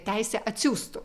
teisę atsiųstų